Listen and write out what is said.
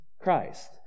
Christ